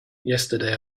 yesterday